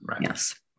Yes